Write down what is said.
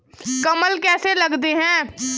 कलम कैसे लगाते हैं?